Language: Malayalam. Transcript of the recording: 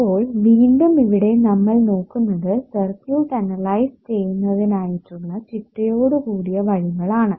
അപ്പോൾ വീണ്ടും ഇവിടെ നമ്മൾ നോക്കുന്നത് സർക്യൂട്ട് അനലൈസ് ചെയ്യുന്നതിനായിട്ടുള്ള ചിട്ടയോടുകൂടിയ വഴികൾ ആണ്